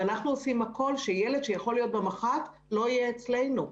אנחנו עושים הכל כדי שילד שיכול להיות במח"ט לא יהיה אצלנו.